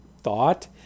thought